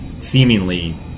seemingly